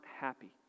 happy